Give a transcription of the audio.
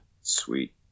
sweet